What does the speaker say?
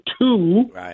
two